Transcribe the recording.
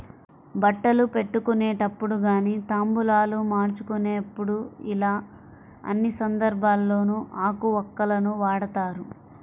బట్టలు పెట్టుకునేటప్పుడు గానీ తాంబూలాలు మార్చుకునేప్పుడు యిలా అన్ని సందర్భాల్లోనూ ఆకు వక్కలను వాడతారు